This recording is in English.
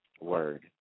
word